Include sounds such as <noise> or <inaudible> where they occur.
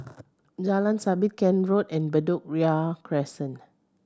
<noise> Jalan Sabit Kent Road and Bedok Ria Crescent